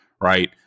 Right